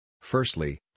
Firstly